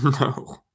No